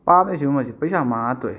ꯄꯥꯝꯃꯦ ꯁꯤꯒꯨꯝꯕꯁꯦ ꯄꯩꯁꯥ ꯃꯥꯡꯉ ꯇꯣꯛꯑꯦ